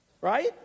Right